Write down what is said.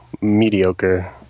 mediocre